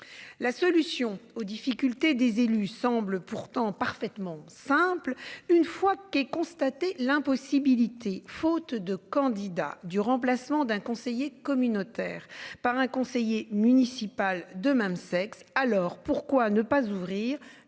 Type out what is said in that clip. La solution aux difficultés des élus semblent pourtant parfaitement simple une fois qu'il est constaté l'impossibilité, faute de candidats du remplacement d'un conseiller communautaire par un conseiller municipal de même sexe, alors pourquoi ne pas ouvrir